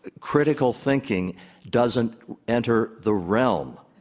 critical thinking doesn't enter the realm